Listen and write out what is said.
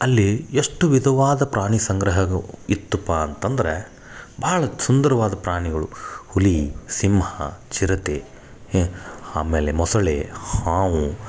ಅಲ್ಲಿ ಎಷ್ಟು ವಿಧವಾದ ಪ್ರಾಣಿಸಂಗ್ರಹ ಇತ್ತಪ್ಪ ಅಂತಂದರೆ ಭಾಳ ಸುಂದರವಾದ ಪ್ರಾಣಿಗಳು ಹುಲಿ ಸಿಂಹ ಚಿರತೆ ಆಮೇಲೆ ಮೊಸಳೆ ಹಾವು